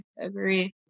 agree